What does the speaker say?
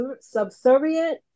subservient